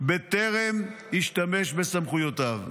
בטרם ישתמש בסמכויותיו.